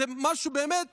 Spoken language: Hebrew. זה משהו באמת